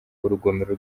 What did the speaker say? urugomero